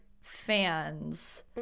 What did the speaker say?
fans